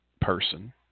person